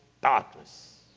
darkness